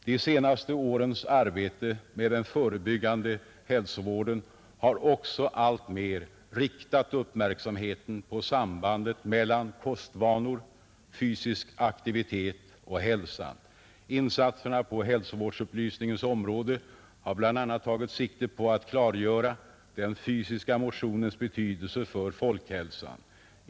De senaste årens arbete med den förebyggande hälsovården har också alltmer riktat uppmärksamheten på sambandet mellan kostvanor, fysisk aktivitet och hälsa. Insatserna på hälsovårdsupplysningens område har bl.a. tagit sikte på att klargöra den fysiska motionens betydelse för folkhälsan.